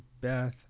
beth